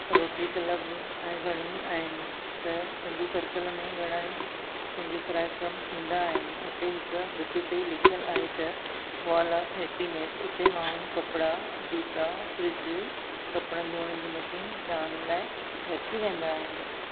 rotary Club ऐं घणियूं आहिनि त सिंधु सर्कल में घणा ई सिंधी कार्यक्रम थींदा आहिनि उते हिकु भिति ते लिखियलु आहे त वाल ऑफ हेप्पीनेस उते माण्हू कपिड़ा जूता फ्रीज कपिड़नि धुइण जी मशीन दान लाइ रखी वेंदा आहिनि